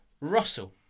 Russell